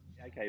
okay